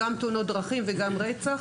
תאונות דרכים ורצח.